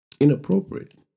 inappropriate